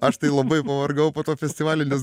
aš tai labai pavargau po to festivalio nes